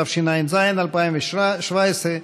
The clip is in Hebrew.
התשע"ז 2017,